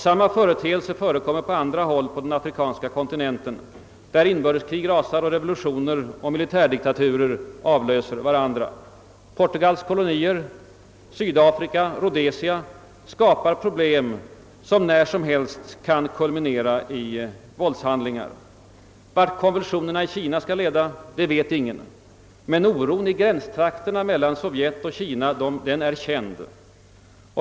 Samma företeelser förekommer på andra håll på den afrikanska kontinenten, där inbördeskrig rasar och revolutioner och militärdiktaturer avlöser varandra. Portugals kolonier, Rhodesia och Sydafrika skapar problem som när som helst kan kulminera i våldshandlingar. Vart konvulsionerna i Kina skall leda vet ingen, men oron i gränstrakterna mellan Sovjet och Kina är känd.